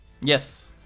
yes